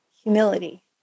Humility